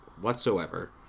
whatsoever